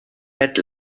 had